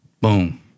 Boom